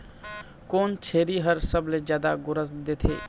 कोन छेरी हर सबले जादा गोरस देथे?